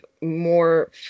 more